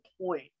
point